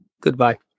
Goodbye